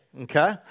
Okay